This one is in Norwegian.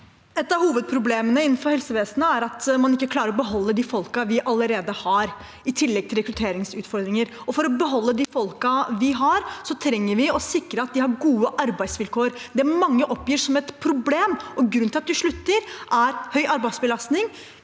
Et av hovedproblem- ene innenfor helsevesenet er at vi ikke klarer å beholde de folkene vi allerede har, i tillegg til rekrutteringsutfordringer. For å beholde de folkene vi har, trenger vi å sikre at de har gode arbeidsvilkår. Det mange oppgir som et problem, og som grunnen til at de slutter, er høy arbeidsbelastning,